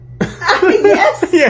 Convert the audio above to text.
Yes